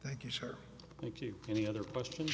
thank you sir thank you any other questions